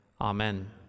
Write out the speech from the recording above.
Amen